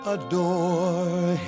adore